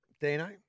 Dino